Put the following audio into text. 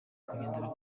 kugendera